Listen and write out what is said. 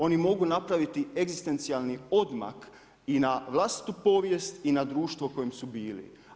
Oni mogu napraviti egzistencijalni odmak i na vlastitu povijest i na društvom u kojem su bili.